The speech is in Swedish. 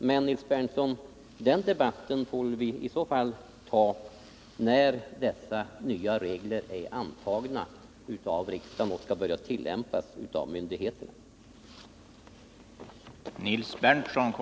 Men, Nils Berndtson, den debatten får vi i så fall ta när dessa nya regler är antagna av riksdagen och skall börja tillämpas av myndigheterna.